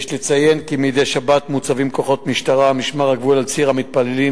יש לציין כי מדי שבת מוצבים כוחות משטרה ומשמר הגבול על ציר המתפללים,